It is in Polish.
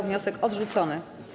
Wniosek odrzucony.